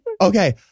Okay